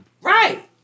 Right